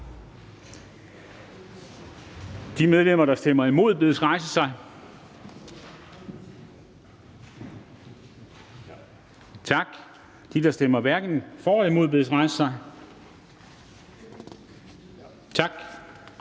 De medlemmer, der stemmer for, bedes rejse sig. Tak. De medlemmer, der stemmer imod, bedes rejse sig. Tak.